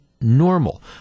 normal